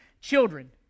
children